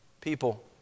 people